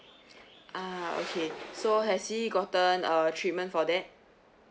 ah okay so has he gotten a treatment for that